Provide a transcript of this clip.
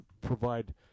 provide